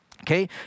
Okay